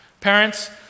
Parents